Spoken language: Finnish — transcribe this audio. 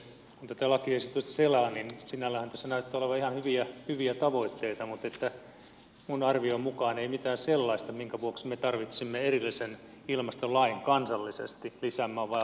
kun tätä lakiesitystä selaa sinälläänhän tässä näyttää olevan ihan hyviä tavoitteita mutta minun arvioni mukaan ei mitään sellaista minkä vuoksi me tarvitsemme erillisen ilmastolain kansallisesti lisäämään vain hallinnollista byrokratiaa